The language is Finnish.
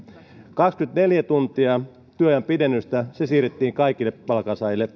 kaksikymmentäneljä tuntia työajan pidennystä siirrettiin kaikille palkansaajille